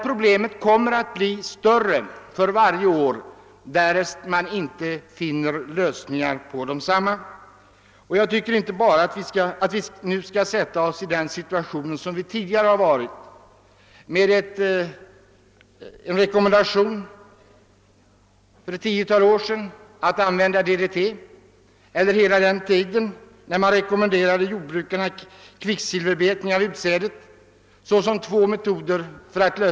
Problemet kommer att bli större för varje år som går därest man inte finner lösningar. Jag tycker inte att vi nu skall försätta oss i en liknande situation som tidigare skett på ett annat område. En rekommendation för ett tiotal år sedan att använda DDT och en annan rekommendation om kvicksilverbetning av utsädet angavs vara två metoder att öka skördeutfallet.